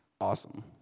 Awesome